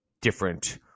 different